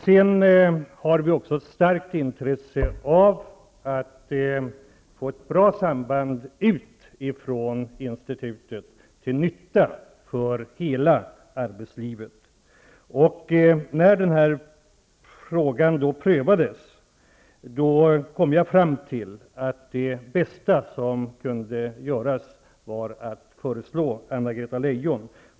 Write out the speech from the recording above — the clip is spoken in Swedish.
Vi har dessutom ett starkt intresse av att få ett bra samband ut ifrån institutet, till nytta för hela arbetslivet. När frågan prövades, kom jag fram till att den bästa lösningen var att föreslå Anna-Greta Leijon.